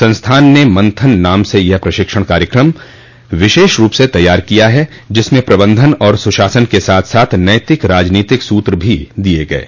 संस्थान ने मंथन नाम से यह प्रशिक्षण कार्यक्रम विशेष रूप से तैयार किया है जिसमें प्रबंधन और सुशासन के साथ साथ नतिक राजनीतिक सूत्र भी दिये गये